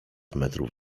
metrów